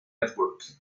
network